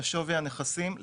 לשווי הנכסים,